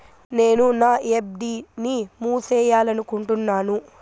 నేను నా ఎఫ్.డి ని మూసేయాలనుకుంటున్నాను